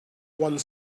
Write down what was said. one